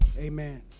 amen